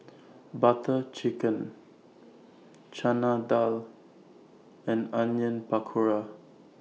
Butter Chicken Chana Dal and Onion Pakora